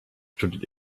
studiert